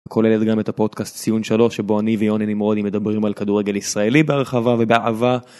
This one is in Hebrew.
כוללת גם את הפודקאסט ציון 3 שבו אני ויוני נמרודי מדברים על כדורגל ישראלי בהרחבה ובאהבה